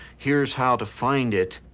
here's how to find it.